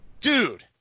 Dude